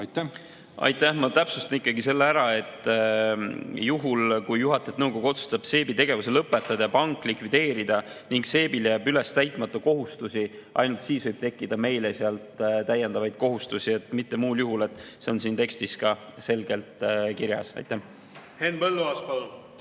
Aitäh! Ma täpsustan ikkagi selle ära, et ainult juhul, kui juhatajate nõukogu otsustab CEB tegevuse lõpetada ja panga likvideerida ning CEB-l jääb üles täitmata kohustusi, võib tekkida meile sealt täiendavaid kohustusi. Mitte muul juhul. See on siin tekstis ka selgelt kirjas. Aitäh!